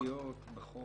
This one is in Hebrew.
תשתיות בחוק.